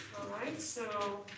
alright, so